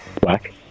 Black